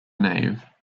nave